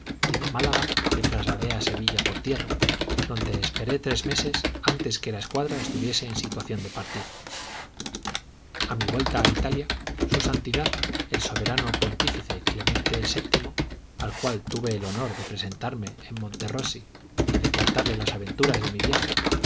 y de málaga me trasladé a sevilla por tierra donde esperé tres meses antes que la escuadra estuviese en situación de partir a mi vuelta a italia su santidad el soberano pontífice clemente vii al cual tuve el honor de presentarme en monterosi y de contarle las aventuras de mi viaje